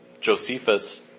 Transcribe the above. Josephus